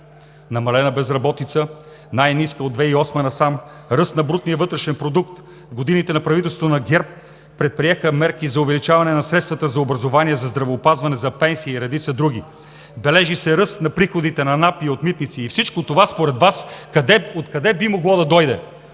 Намалена безработица – най-ниска от 2008 г. насам, ръст на брутния вътрешен продукт, в годините на правителството на ГЕРБ се предприеха мерки за увеличаване на средствата за образование, за здравеопазване, за пенсии и редица други. Бележи се ръст на приходите на НАП и от Митници. Всичко това според Вас откъде би могло да дойде?!